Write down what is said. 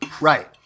Right